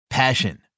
Passion